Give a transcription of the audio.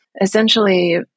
Essentially